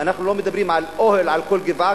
אנחנו לא מדברים על אוהל על כל גבעה,